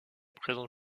présente